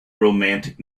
romantic